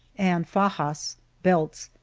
and fajas belts,